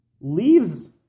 Leaves